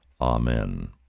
Amen